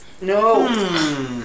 no